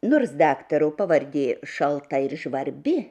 nors daktaro pavardė šalta ir žvarbi